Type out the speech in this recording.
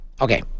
Okay